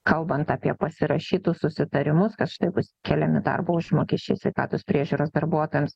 kalbant apie pasirašytus susitarimus kad štai bus keliami darbo užmokesčiai sveikatos priežiūros darbuotojams